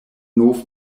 nov